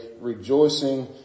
rejoicing